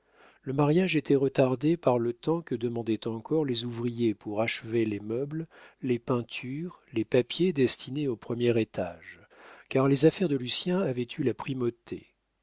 le mariage était retardé par le temps que demandaient encore les ouvriers pour achever les meubles les peintures les papiers destinés au premier étage car les affaires de lucien avaient eu la primauté